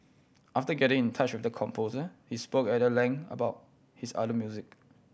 after getting in touch with the composer they spoke at length about his other music